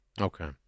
Okay